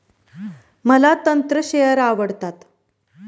मला तंत्र शेअर आवडतात